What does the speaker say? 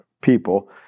people